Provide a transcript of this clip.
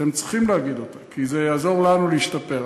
אתם צריכים להגיד אותה, כי זה יעזור לנו להשתפר.